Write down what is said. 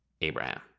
Abraham